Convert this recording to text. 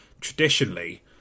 traditionally